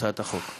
הצעת החוק.